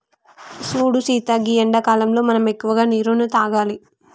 సూడు సీత గీ ఎండాకాలంలో మనం ఎక్కువగా నీరును తాగాలి